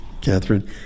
Catherine